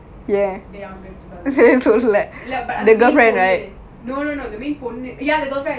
no no ya the girlfriend